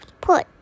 put